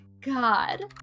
God